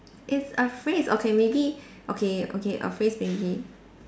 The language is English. it's a phrase okay maybe okay okay a phrase maybe